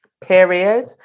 period